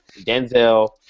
Denzel